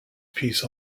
piece